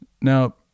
Now